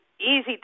easy